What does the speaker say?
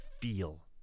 feel